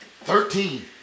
thirteen